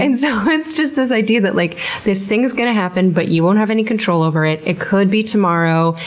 and so, it's just this idea that like this thing's going to happen, but you won't have any control over it. it could be tomorrow.